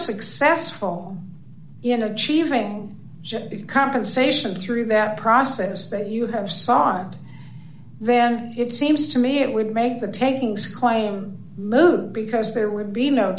successful in achieving compensation through that process that you have sought then it seems to me it would make the takings claim moot because there would be no